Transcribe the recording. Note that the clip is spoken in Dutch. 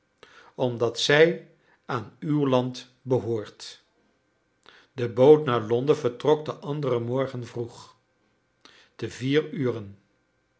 omdat zij aan uw land behoort de boot naar londen vertrok den anderen morgen vroeg te vier uren